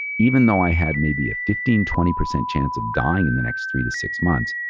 even though i had maybe a fifteen, twenty percent chance of dying in the next three to six months,